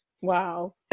wow